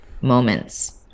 moments